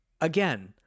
Again